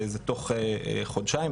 תוך חודשיים,